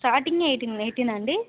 స్టార్టింగే ఎయిటింగ్ ఎయిటీనా అండి